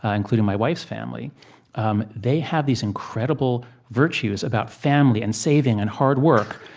ah including my wife's family um they have these incredible virtues about family and saving and hard work.